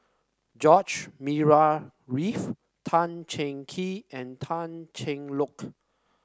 George Murray Reith Tan Cheng Kee and Tan Cheng Lock